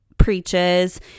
preaches